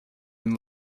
and